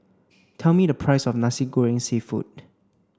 tell me the price of Nasi Goreng Seafood